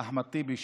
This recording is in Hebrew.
אחמד טיבי,